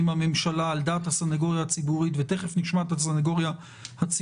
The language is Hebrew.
אם הממשלה על דעת הסנגוריה הציבורית ותכף נשמע את הסנגוריה הציבורית